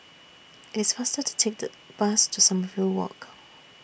It's faster to Take The Bus to Sommerville Walk